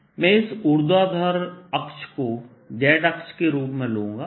dV मैं इस ऊर्ध्वाधर अक्ष को z अक्ष के रूप में लूंगा